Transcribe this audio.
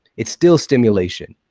it's still stimulation.